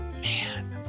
Man